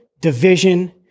division